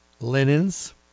linens